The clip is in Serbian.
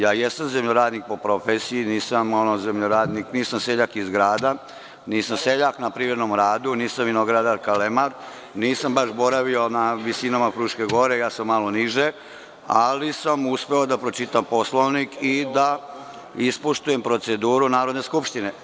Ja jesam zemljoradnik po profesiji, nisam seljak iz grada, nisam seljak na privremenom redu, nisam vinogradar kalemar, nisam baš boravio na visinama Fruške gore, ja sam malo niže, ali sam uspeo da pročitam Poslovnik i da ispoštujem proceduru Narodne skupštine.